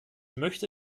möchte